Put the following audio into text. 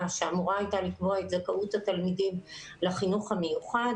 שאמורה הייתה לקבוע את זכאות התלמידים לחינוך המיוחד